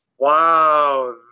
Wow